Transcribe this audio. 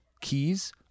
keys